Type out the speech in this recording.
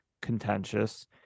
contentious